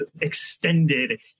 extended